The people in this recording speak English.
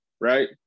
right